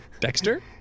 Dexter